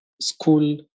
school